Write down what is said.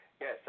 Yes